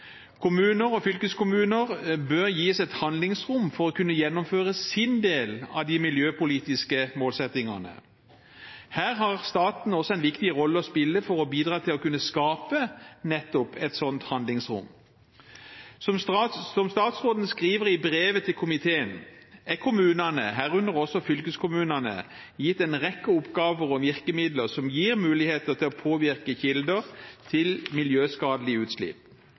Kommuner og fylkeskommuner bør gis et handlingsrom for å kunne gjennomføre sin del av de miljøpolitiske målsettingene. Her har staten også en viktig rolle å spille for å bidra til å kunne skape nettopp et sånt handlingsrom. Som statsråden skriver i brevet til komiteen, er kommunene, herunder også fylkeskommunene, gitt en rekke oppgaver og virkemidler som gir mulighet til å påvirke kilder til miljøskadelige utslipp.